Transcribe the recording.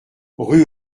rue